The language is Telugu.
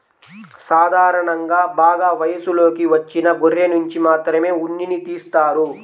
సాధారణంగా బాగా వయసులోకి వచ్చిన గొర్రెనుంచి మాత్రమే ఉన్నిని తీస్తారు